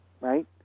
right